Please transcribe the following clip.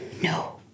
no